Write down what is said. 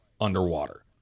underwater